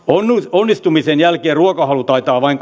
onnistumisen jälkeen ruokahalu taitaa vain